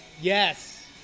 Yes